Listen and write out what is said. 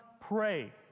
pray